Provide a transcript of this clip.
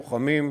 לוחמים,